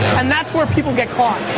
and that's where people get caught.